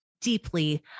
deeply